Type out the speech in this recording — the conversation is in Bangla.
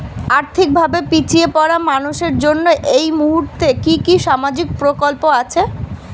আর্থিক ভাবে পিছিয়ে পড়া মানুষের জন্য এই মুহূর্তে কি কি সামাজিক প্রকল্প আছে?